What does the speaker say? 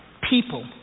people